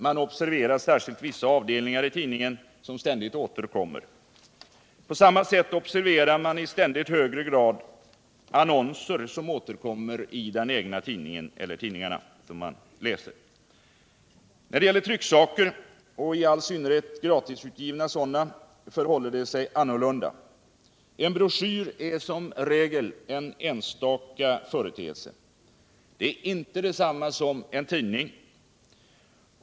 Man observerar särskilt vissa avdelningar i tidningen som ständigt återkommer. På samma sätt observerar man i ständigt högre grad annonser som återkommer i den tidning eller de tidningar man läser. När det gäller trycksaker — och i all synnerhet gratisutgivna sådana — förhåller det sig annorlunda. En broschyr är som regel en enstaka företeelse. Den är inte detsamma som en tidning.